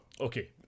okay